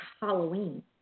Halloween